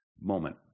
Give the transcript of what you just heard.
moment